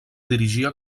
dirigia